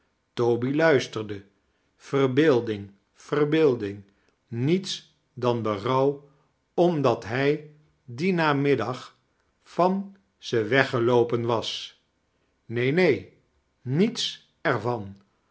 toby luisterde verbeelding verbeeming niets dan berouw omdat hij dien namiddag van ze weggeloopen was neen neen niets er